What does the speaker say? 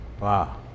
Wow